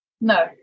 No